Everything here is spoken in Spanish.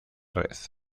red